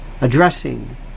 addressing